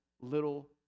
little